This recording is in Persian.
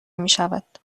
میشود